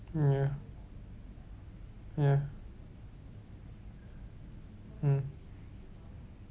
ya ya mm